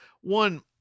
one –